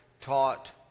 taught